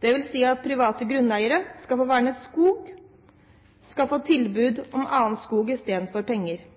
dvs. at private grunneiere som får vernet skog, får tilbud om annen skog istedenfor penger.